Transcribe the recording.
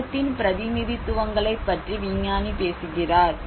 இடத்தின் பிரதிநிதித்துவங்களைப் பற்றி விஞ்ஞானி பேசுகிறார்